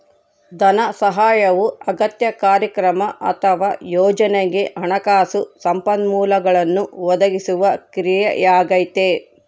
ಧನಸಹಾಯವು ಅಗತ್ಯ ಕಾರ್ಯಕ್ರಮ ಅಥವಾ ಯೋಜನೆಗೆ ಹಣಕಾಸು ಸಂಪನ್ಮೂಲಗಳನ್ನು ಒದಗಿಸುವ ಕ್ರಿಯೆಯಾಗೈತೆ